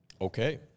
Okay